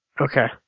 Okay